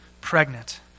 pregnant